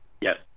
Yes